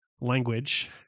language